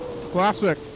Classic